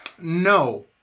No